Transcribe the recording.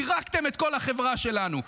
פירקתם את כל החברה שלנו.